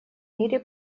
мире